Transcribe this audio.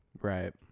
Right